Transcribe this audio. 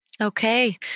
Okay